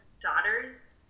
daughters